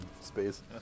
space